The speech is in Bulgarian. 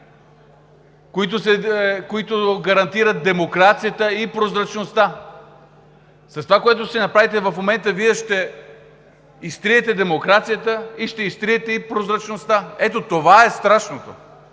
които гарантират демокрацията и прозрачността. С това, което ще направите в момента, Вие ще изтриете демокрацията и ще изтриете и прозрачността. Ето, това е страшното!